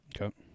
Okay